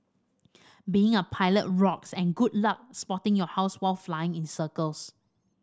being a pilot rocks and good luck spotting your house while flying in circles